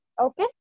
Okay